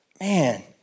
man